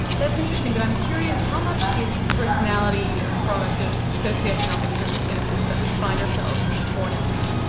that's interesting, but i'm curious, how much is personality a product of socio-economic circumstances that we find ourselves born into?